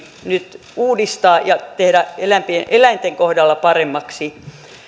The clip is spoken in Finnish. nyt uudistaa ja tehdä eläinten kohdalla paremmiksi